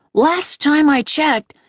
last time i checked,